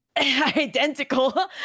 identical